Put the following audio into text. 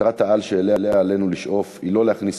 מטרת-העל שאליה עלינו לשאוף היא לא להכניס